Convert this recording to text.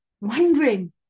wondering